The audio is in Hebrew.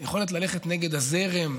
יכולת ללכת נגד הזרם,